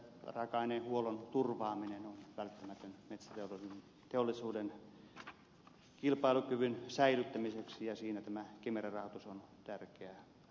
metsäraaka aineen huollon turvaaminen on välttämätön metsäteollisuuden kilpailukyvyn säilyttämiseksi ja siinä tämä kemera rahoitus on tärkeä resurssi